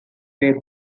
ray